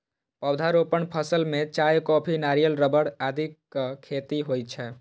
पौधारोपण फसल मे चाय, कॉफी, नारियल, रबड़ आदिक खेती होइ छै